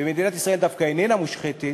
ומדינת ישראל דווקא אינה מושחתת,